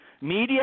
Media